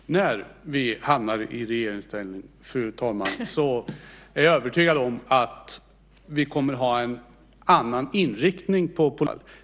Fru talman! När vi hamnar i regeringsställning är jag övertygad om att vi kommer att ha en annan inriktning på politiken för biologisk mångfald.